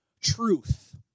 truth